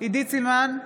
עידית סילמן,